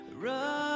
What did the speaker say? run